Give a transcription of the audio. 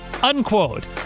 unquote